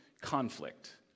conflict